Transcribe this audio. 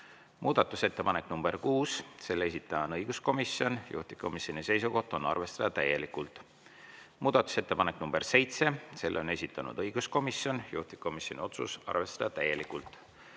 Muudatusettepanek nr 6, selle esitaja on õiguskomisjon, juhtivkomisjoni seisukoht on arvestada täielikult. Muudatusettepanek nr 7, selle on esitanud õiguskomisjon, juhtivkomisjoni otsus: arvestada täielikult.